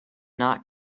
not